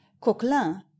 coquelin